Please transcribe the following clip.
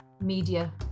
media